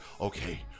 okay